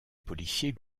policiers